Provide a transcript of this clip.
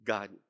God